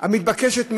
המתבקשת מאליה: